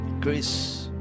grace